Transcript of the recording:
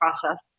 process